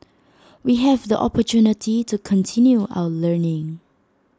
we have the opportunity to continue our learning